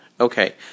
Okay